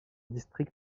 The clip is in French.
district